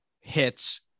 hits